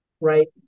right